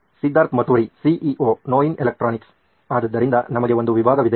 Siddharth Maturi CEO ನೋಯಿನ್ electronics ಆದ್ದರಿಂದ ನಮಗೆ ಒಂದು ವಿಭಾಗವಿದೆ